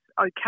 okay